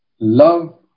love